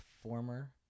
former